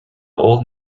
old